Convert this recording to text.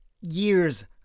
years